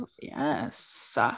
Yes